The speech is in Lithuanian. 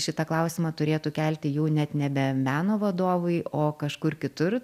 šitą klausimą turėtų kelti jau net nebe meno vadovai o kažkur kitur